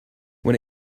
when